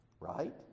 right